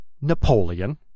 Napoleon